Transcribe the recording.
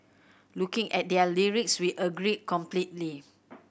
looking at their lyrics we agree completely